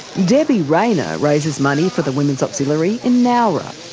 debbie raynor raises money for the women's auxiliary in nowra.